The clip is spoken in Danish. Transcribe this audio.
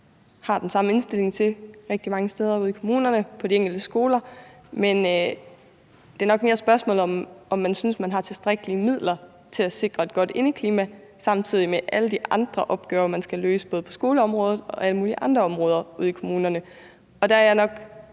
er jeg også sikker på at man rigtig mange steder ude i kommunerne og på de enkelte skoler har den samme indstilling til. Men det er nok mere et spørgsmål om, om man synes, at man har tilstrækkelige midler til at sikre et godt indeklima, samtidig med alle de andre opgaver, man skal løse både på skoleområdet og alle mulige andre områder ude i kommunerne. Og der er jeg nok